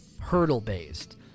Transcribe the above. hurdle-based